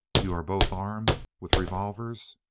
you are both armed? with revolvers?